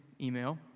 email